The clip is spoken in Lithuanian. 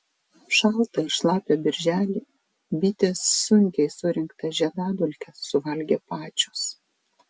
šaltą ir šlapią birželį bitės sunkiai surinktas žiedadulkes suvalgė pačios